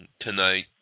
tonight